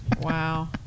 Wow